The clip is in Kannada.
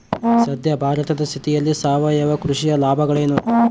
ಸದ್ಯ ಭಾರತದ ಸ್ಥಿತಿಯಲ್ಲಿ ಸಾವಯವ ಕೃಷಿಯ ಲಾಭಗಳೇನು?